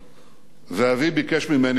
ואבי ביקש ממני להצטרף אליו.